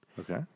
Okay